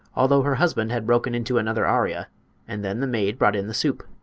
although her husband had broken into another aria and then the maid brought in the soup.